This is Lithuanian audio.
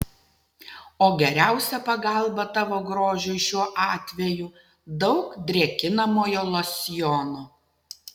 o geriausia pagalba tavo grožiui šiuo atveju daug drėkinamojo losjono